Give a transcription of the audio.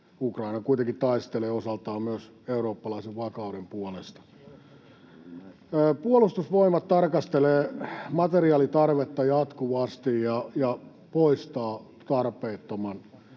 Ukraina kuitenkin taistelee osaltaan myös eurooppalaisen vakauden puolesta. Puolustusvoimat tarkastelee materiaalitarvetta jatkuvasti ja poistaa tarpeettoman